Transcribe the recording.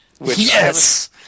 yes